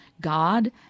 God